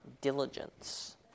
diligence